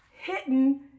hidden